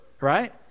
right